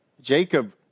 Jacob